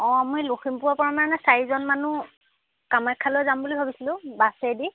অঁ মই লখিমপুৰৰ পৰা মানে চাৰিজন মানুহ কামাখ্যালৈ যাম বুলি ভাবিছিলোঁ বাছেদি